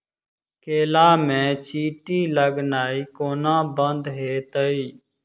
केला मे चींटी लगनाइ कोना बंद हेतइ?